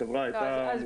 החברה הייתה -- לא,